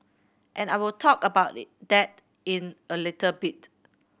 and I will talk about a little that in a little bit